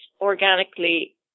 organically